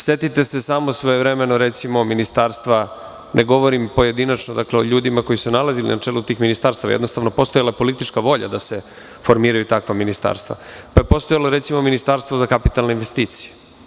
Setite se svojevremeno ministarstva, ne govorim pojedinačno o ljudima koji su se nalazili na čelu tih ministarstava, jednostavno je postojala politička volja da se formiraju takva ministarstva, pa je postojalo, recimo, Ministarstvo za kapitalne investicije.